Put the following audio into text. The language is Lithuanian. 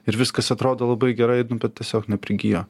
ir viskas atrodo labai gerai nu bet tiesiog neprigijo